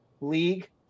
league